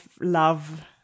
love